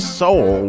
soul